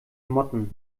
motten